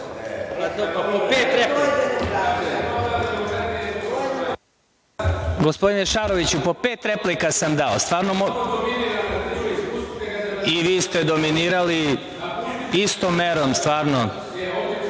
mesta.)Gospodine Šaroviću, po pet replika sam dao…Vi ste dominirali istom merom, stvarno. Reč